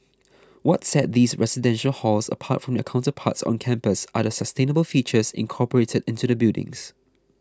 what set these residential halls apart from their counterparts on campus are the sustainable features incorporated into the buildings